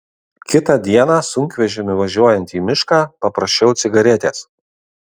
kitą dieną sunkvežimiu važiuojant į mišką paprašiau cigaretės